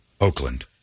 Oakland